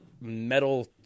metal